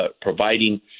providing